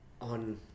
on